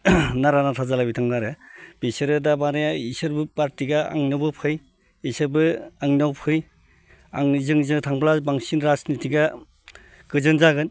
नारा नाथा जालायबाय दं आरो बिसोरो थारमाने बिसोरबो पार्टिया आंनियावबो फै बिसोरबो आंनियाव फै आनिजों थांब्ला बांसिन राजनिथिआ गोजोन जागोन